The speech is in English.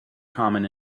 common